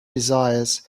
desires